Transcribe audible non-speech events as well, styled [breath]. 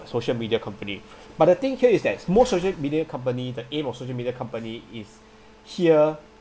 social media company [breath] but the thing here is that most social media company the aim of social media company is [breath] here